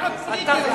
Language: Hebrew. ואל תאתגר אותנו.